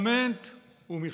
הפרלמנט הוא מכשול,